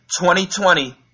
2020